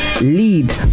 lead